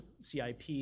CIP